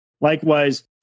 Likewise